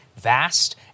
vast